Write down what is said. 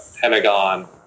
Pentagon